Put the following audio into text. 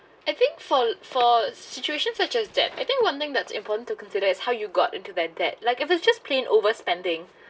I think for for situation such as that I think one thing that's important to consider as how you got into that that like if it's just plain overspending